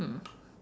mm